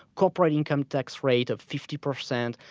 corporate income tax rate of fifty percent,